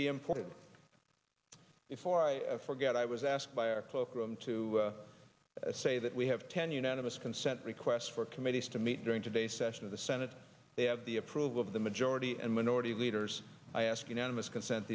be imported before i forget i was asked by our cloakroom to say that we have ten unanimous consent requests for committees to meet during today's session of the senate they have the approval of the majority and minority leaders i ask